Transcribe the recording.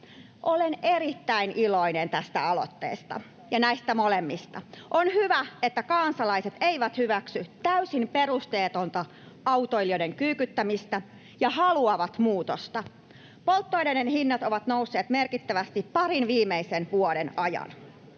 Olen erittäin iloinen tästä aloitteesta — näistä molemmista. On hyvä, että kansalaiset eivät hyväksy täysin perusteetonta autoilijoiden kyykyttämistä ja haluavat muutosta. Polttoaineiden hinnat ovat nousseet merkittävästi parin viimeisen vuoden ajan.